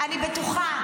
אני בטוחה.